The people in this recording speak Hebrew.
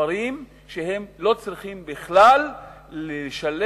דברים שהם לא צריכים בכלל לשלם,